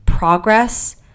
progress